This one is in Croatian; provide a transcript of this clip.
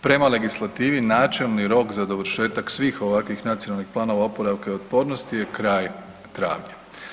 Prema legislativi, načelni rok za dovršetak svih ovakvih nacionalnih planova oporavka i otpornosti je kraj travnja.